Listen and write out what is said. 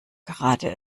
gerade